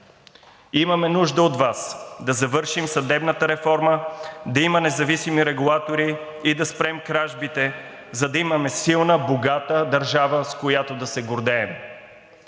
Имаме нужда от Вас да завършим съдебната реформа, да има независими регулатори и да спрем кражбите, за да имаме силна, богата държава, с която да се гордеем!